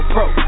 Pro